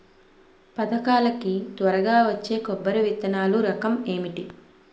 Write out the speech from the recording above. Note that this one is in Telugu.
పథకాల కి త్వరగా వచ్చే కొబ్బరి విత్తనాలు రకం ఏంటి?